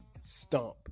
Stomp